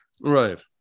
Right